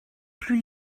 plus